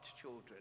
children